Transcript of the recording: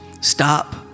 stop